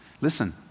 Listen